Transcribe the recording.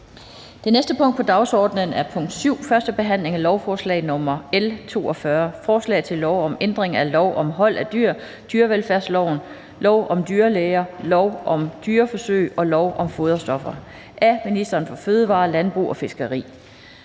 Det næste punkt på dagsordenen er: 7) 1. behandling af lovforslag nr. L 42: Forslag til lov om ændring af lov om hold af dyr, dyrevelfærdsloven, lov om dyrlæger, lov om dyreforsøg og lov om foderstoffer. (Indarbejdelse af tekstanmærkninger